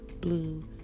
blue